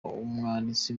umwanditsi